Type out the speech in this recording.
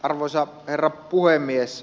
arvoisa herra puhemies